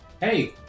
Hey